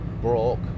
broke